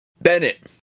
Bennett